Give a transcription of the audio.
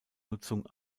nutzung